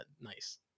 nice